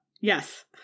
Yes